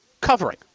covering